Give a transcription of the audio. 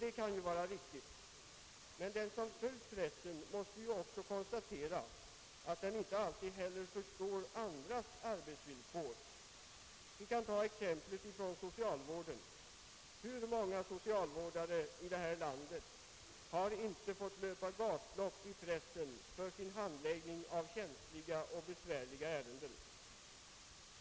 Detta kan vara riktigt, men den som följt pressen måste konstatera att inte heller den alltid förstår andras arbetsvillkor. Hur många socialvårdare i vårt land har t.ex. inte fått löpa gatlopp i pressen för sin handläggning av känsliga och besvärliga ärenden?